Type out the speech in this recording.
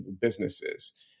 businesses